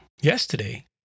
yesterday